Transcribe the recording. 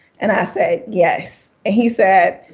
and i said, yes. he said,